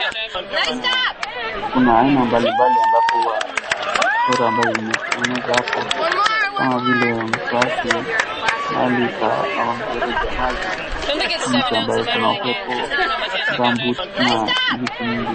Kuna aina mbali mbali ambapo huwa ya mchoro ambayo imetengenezwa hapo kama vile mswaki, mahali pa ma mfereji ya maji , miti ambayo ikona upepo , gumboots na vitu mingi.